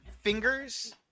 Fingers